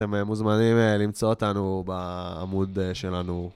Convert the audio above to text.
אתם מוזמנים למצוא אותנו בעמוד שלנו.